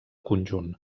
conjunt